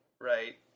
right